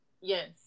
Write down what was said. Yes